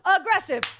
aggressive